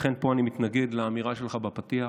לכן, פה אני מתנגד לאמירה שלך בפתיח.